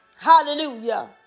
hallelujah